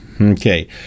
Okay